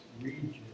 Region